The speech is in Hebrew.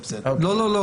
זה בסדר.